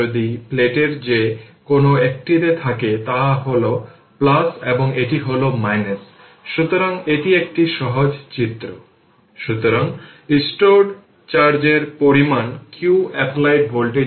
এবং 2 থেকে 4 সেকেন্ডের মধ্যে dvtdt 0 কারণ এটি সেই সময়ে এটি r যদি r dc পরিমাণ এটি একটি সময় পরিবর্তিত হয় এটি 2 থেকে 4 সময়ের থেকে স্বাধীন